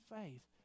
faith